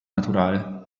naturale